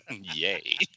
Yay